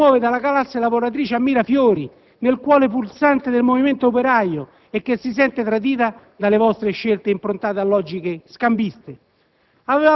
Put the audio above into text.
e che muove dalla classe lavoratrice a Mirafiori, nel cuore pulsante del movimento operaio, e che si sente tradita dalle vostre scelte improntate a logiche scambiste?